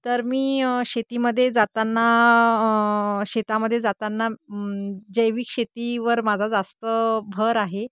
तर मी शेतीमध्ये जाताना शेतामध्ये जाताना जैविक शेतीवर माझा जास्त भर आहे